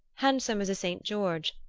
handsome as a saint george,